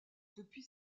depuis